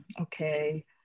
okay